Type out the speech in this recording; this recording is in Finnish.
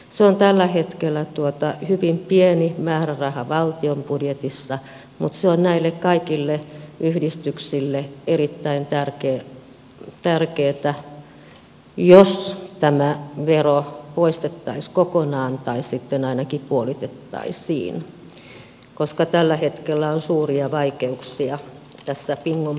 se on tällä hetkellä hyvin pieni määräraha valtion budjetissa mutta näille kaikille yhdistyksille olisi erittäin tärkeää jos tämä vero poistettaisiin kokonaan tai sitten ainakin puolitettaisiin koska tällä hetkellä on suuria vaikeuksia tässä bingon pyörittämisessä